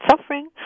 suffering